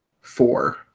Four